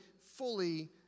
fully